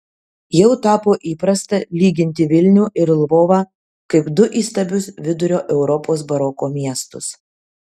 jau tapo įprasta lyginti vilnių ir lvovą kaip du įstabius vidurio europos baroko miestus